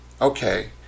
Okay